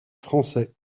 français